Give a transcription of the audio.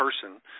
person